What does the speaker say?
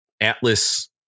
Atlas